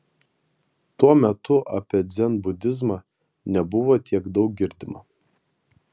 tuo metu apie dzenbudizmą nebuvo tiek daug girdima